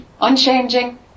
unchanging